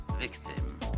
victim